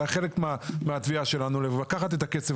זה היה חלק מהתביעה שלנו לקחת את הכסף